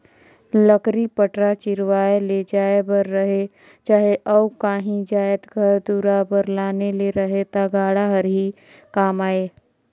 लकरी पटरा चिरवाए ले जाए बर रहें चहे अउ काही जाएत घर दुरा बर लाने ले रहे ता गाड़ा हर ही काम आए